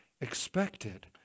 expected